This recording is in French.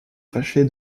fâché